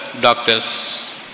doctors